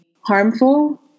harmful